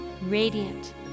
radiant